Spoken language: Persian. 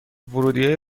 ورودیه